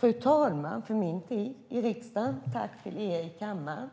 fru talman, för min tid i riksdagen! Tack till er i kammaren!